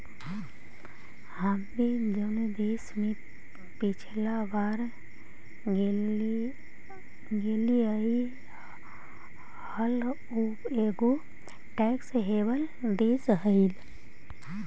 हम भी जऊन देश में पिछला बार गेलीअई हल ऊ एगो टैक्स हेवन देश हलई